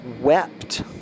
wept